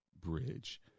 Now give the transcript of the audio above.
bridge